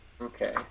Okay